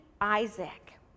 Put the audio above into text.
Isaac